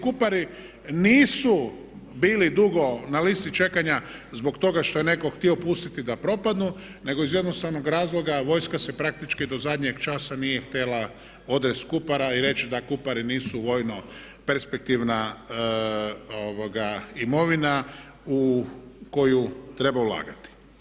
Kupari nisu bili dugo na listi čekanja zbog toga što je netko htio pustiti da propadnu nego iz jednostavnog razloga vojska se praktički do zadnjeg časa nije htjela odreći Kupara i reći da Kupari nisu vojno perspektivna imovina u koju treba ulagati.